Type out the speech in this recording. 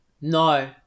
No